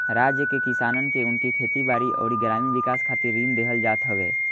राज्य के किसानन के उनकी खेती बारी अउरी ग्रामीण विकास खातिर ऋण देहल जात हवे